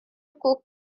cook